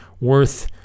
worth